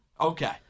Okay